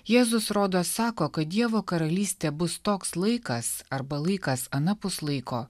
jėzus rodos sako kad dievo karalystė bus toks laikas arba laikas anapus laiko